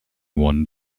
one